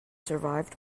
survived